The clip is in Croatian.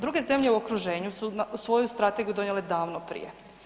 Druge zemlje u okruženju su svoju strategiju donijele davno prije.